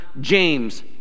James